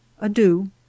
Adieu